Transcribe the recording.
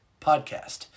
Podcast